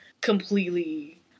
completely